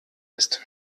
ist